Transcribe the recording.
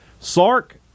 Sark